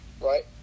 right